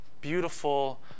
beautiful